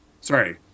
sorry